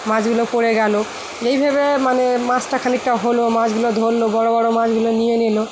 মাছগুলো পড়ে গেলো এইভাবে মানে মাছটা খানিকটা হলো মাছগুলো ধরলো বড়ো বড়ো মাছগুলো নিয়ে নিল